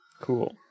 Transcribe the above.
Cool